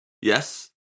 Yes